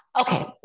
Okay